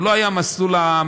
הוא לא היה המסלול המרכזי,